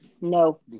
No